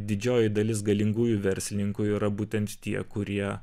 didžioji dalis galingųjų verslininkų yra būtent tie kurie